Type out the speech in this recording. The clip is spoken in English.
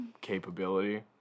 capability